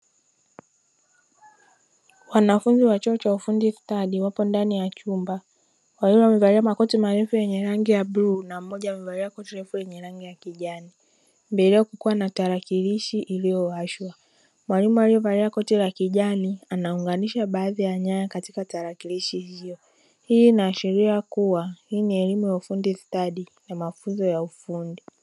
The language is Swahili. Wanafunzi wa chuo cha ufundi stadi wapo ndani ya chumba wawili wamevalia makoti marefu yenye rangi ya bluu na mmoja amevalia koti lefu lenye rangi ya kijani. Mbele yao kukiwa na tarakilishi iliyowashwa. Mwalimu aliyevalia koti la kijani anaunganisha baadhi ya nyaya katika tarakilishi hiyo. Hii inaashiria kuwa hii ni elemu stadi ya mafunzo ya ufundi.